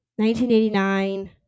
1989